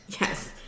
Yes